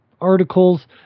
articles